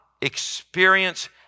experience